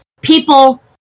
people